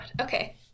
Okay